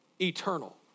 eternal